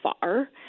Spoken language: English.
far